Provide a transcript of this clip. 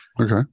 Okay